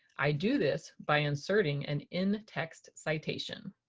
i do this by inserting an in-text citation.